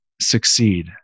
succeed